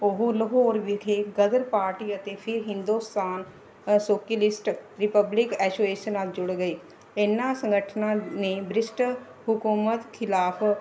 ਉਹ ਲਾਹੌਰ ਵਿਖੇ ਗਦਰ ਪਾਰਟੀ ਅਤੇ ਫਿਰ ਹਿੰਦੁਸਤਾਨ ਸੋਕੀਲਿਸਟ ਰਿਪਬਲਿਕ ਐਸੋਏਸ਼ਨ ਨਾਲ ਜੁੜ ਗਏ ਇਹਨਾਂ ਸੰਗਠਨਾਂ ਨੇ ਬ੍ਰਿਸ਼ਟ ਹਕੂਮਤ ਖਿਲਾਫ਼